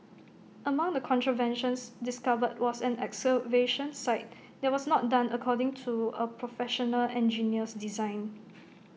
among the contraventions discovered was an excavation site that was not done according to A Professional Engineer's design